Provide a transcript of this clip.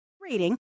Reading